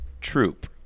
troop